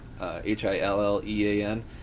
H-I-L-L-E-A-N